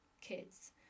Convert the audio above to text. kids